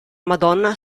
madonna